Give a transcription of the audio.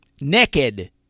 Naked